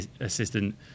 assistant